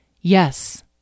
Yes